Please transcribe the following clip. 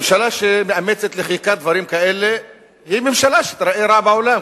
ממשלה שמאמצת לחיקה דברים כאלה היא ממשלה שתיראה רע בעולם,